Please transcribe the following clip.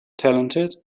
talented